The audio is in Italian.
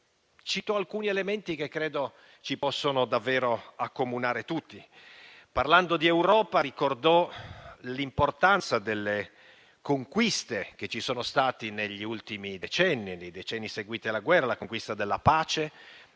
cito alcuni elementi che credo ci possano davvero accomunare tutti. Parlando di Europa, ricordò l'importanza delle conquiste che ci sono state negli ultimi decenni e in quelli seguiti alla guerra, con particolare